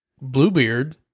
Bluebeard